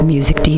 Music